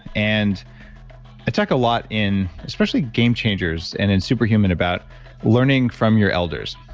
and i talk a lot in, especially game changers and in superhuman about learning from your elders,